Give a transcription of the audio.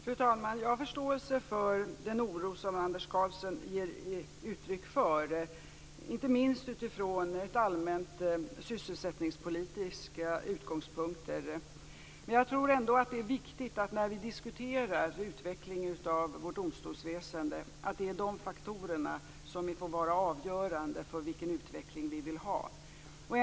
Fru talman! Jag har förståelse för den oro som Anders Karlsson ger uttryck för, inte minst från allmänt sysselsättningspolitiska synpunkter. Jag tror trots allt att det är viktigt att de faktorerna inte får vara avgörande när vi diskuterar den utveckling som vi vill ha av vårt domstolsväsende.